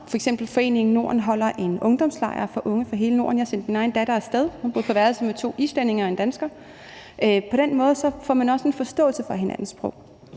F.eks. holder Foreningen Norden en ungdomslejr for unge fra hele Norden. Jeg har sendt min egen datter af sted. Hun boede på værelse med to islændinge og en dansker. På den måde får man også en forståelse for hinandens sprog.